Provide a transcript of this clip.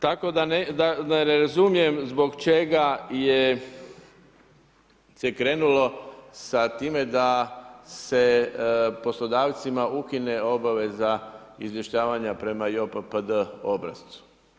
Tako da ne razumijem zbog čega je se krenulo sa time da se poslodavcima ukine obaveza izvještavanja prema JOPPD obrascu.